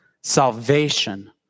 Salvation